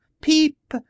peep